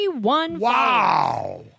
Wow